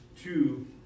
Two